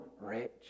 rich